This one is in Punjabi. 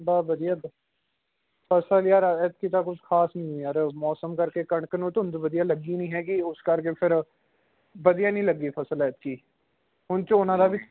ਬਾ ਵਧੀਆ ਫ਼ਸਲ ਯਾਰ ਐਤਕੀਂ ਤਾਂ ਕੁਛ ਖ਼ਾਸ ਨਹੀਂ ਯਾਰ ਮੌਸਮ ਕਰਕੇ ਕਣਕ ਨੂੰ ਧੁੰਦ ਵਧੀਆ ਲੱਗੀ ਨਹੀਂ ਹੈਗੀ ਉਸ ਕਰਕੇ ਫਿਰ ਵਧੀਆ ਨਹੀਂ ਲੱਗੀ ਫ਼ਸਲ ਐਤਕੀਂ ਹੁਣ ਝੋਨਾ ਦਾ ਵੀ